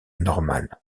normale